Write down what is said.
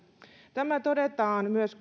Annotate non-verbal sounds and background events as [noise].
tämä todetaan myös [unintelligible]